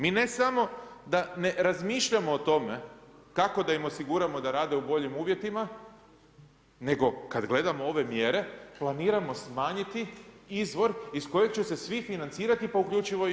Mi ne samo da ne razmišljamo o tome kako da im osiguramo da rade u boljim uvjetima nego kad gledamo ove mjere, planiramo smanjiti izvor iz kojeg će se svi financirati pa uključivo i oni.